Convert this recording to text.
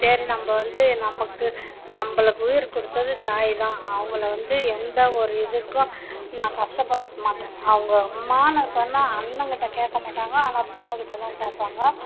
சரி நம்ம வந்து நமக்கு நம்மளுக்கு உயிர் கொடுத்தது தாய்தான் அவங்கள வந்து எந்த ஒரு இதுக்கும் நான் கஷ்டப்படுத்தமாட்டேன் அவங்க அம்மான்னு சொன்னால் அண்ணங்கிட்ட கேக்கமாட்டாங்க ஆனால் பொண்ணுக்கிட்டத்தான் கேப்பாங்க